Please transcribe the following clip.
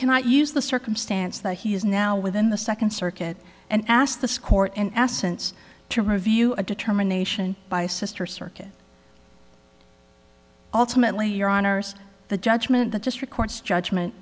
cannot use the circumstance that he is now within the second circuit and asked the score in essence to review a determination by sister circuit ultimately your honour's the judgment the district court's judgment